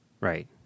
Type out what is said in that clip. Right